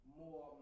more